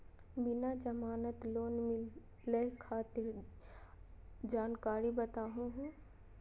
बिना जमानत लोन मिलई खातिर जानकारी दहु हो?